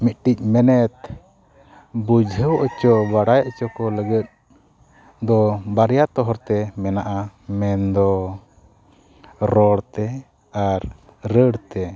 ᱢᱤᱫᱴᱤᱡ ᱢᱮᱱᱮᱛ ᱵᱩᱡᱷᱟᱹᱣ ᱦᱚᱪᱚ ᱵᱟᱲᱟᱭ ᱦᱚᱪᱚ ᱠᱚ ᱞᱟᱹᱜᱤᱫ ᱫᱚ ᱵᱟᱨᱭᱟ ᱛᱚᱦᱚᱨᱛᱮ ᱢᱮᱱᱟᱜᱼᱟ ᱢᱮᱱ ᱫᱚ ᱨᱚᱲᱛᱮ ᱟᱨ ᱨᱟᱹᱲᱛᱮ